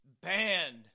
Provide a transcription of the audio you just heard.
Banned